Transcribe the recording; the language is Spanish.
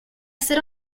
hacer